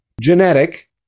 Genetic